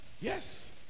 Yes